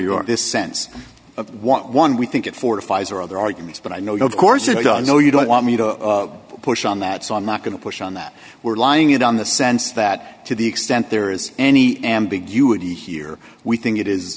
your this sense of want one we think it fortifies or other arguments but i know of course you know you don't want me to push on that so i'm not going to push on that we're lying it on the sense that to the extent there is any ambiguity here we think it i